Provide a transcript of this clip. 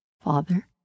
Father